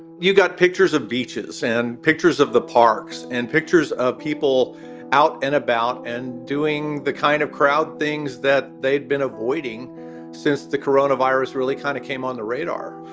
you got pictures of beaches and pictures of the parks and pictures of people out and about and doing the kind of crowd things that they'd been avoiding since the corona virus really kind of came on the radar.